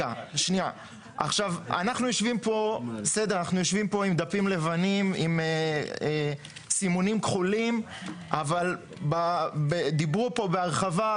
אנחנו יושבים פה עם דפים לבנים עם סימונים כחולים ודיברו פה בהרחבה,